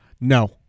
No